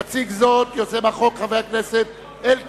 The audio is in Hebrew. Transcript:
יציג את ההצעה יוזם החוק, חבר הכנסת זאב אלקין.